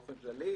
של העמדה לדין,